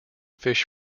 fish